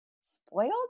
spoiled